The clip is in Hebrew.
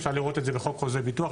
אפשר לראות את זה בחוק חוזי ביטוח,